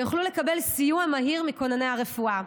ויוכלו לקבל סיוע מהיר מכונני הרפואה.